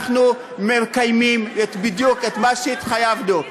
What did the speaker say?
אנחנו מקיימים בדיוק את מה שהתחייבנו.